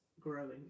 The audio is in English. growing